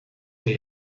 they